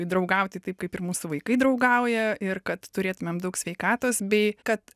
draugauti taip kaip ir mūsų vaikai draugauja ir kad turėtumėm daug sveikatos bei kad